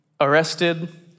arrested